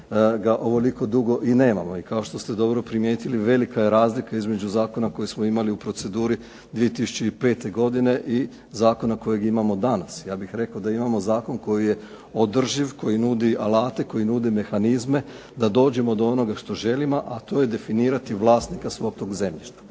ga ovoliko dugo i nemamo. I kao što ste dobro primjetili, velika je razlika između zakona koji smo imali u proceduri 2005. godine i zakona kojeg imamo danas. Ja bih rekao da imamo zakon koji je održiv, koji nudi alate, koji nude mehanizme da dođemo do onoga što želimo, a to je definirati vlasnika svog tog zemljišta.